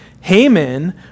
Haman